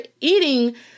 eating